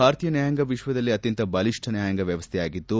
ಭಾರತೀಯ ನ್ಯಾಯಾಂಗ ವಿಶ್ವದಲ್ಲೇ ಅತ್ಯಂತ ಬಲಿಷ್ಠ ನ್ಯಾಯಾಂಗ ವ್ವವಸ್ವೆಯಾಗಿದ್ದು